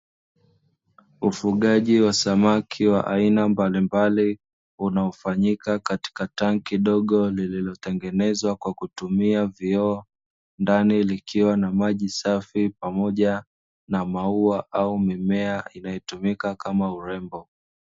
Ufugaji wa samaki wa aina mbalimbali, unaofanyika katika tanki dogo lililotengenezwa kwa kutumia vioo, ndani likiwa na maji safi pamoja na maua au mimea inayotumika kama urembo.